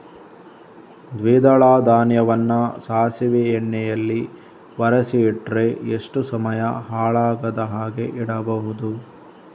ದ್ವಿದಳ ಧಾನ್ಯವನ್ನ ಸಾಸಿವೆ ಎಣ್ಣೆಯಲ್ಲಿ ಒರಸಿ ಇಟ್ರೆ ಎಷ್ಟು ಸಮಯ ಹಾಳಾಗದ ಹಾಗೆ ಇಡಬಹುದು?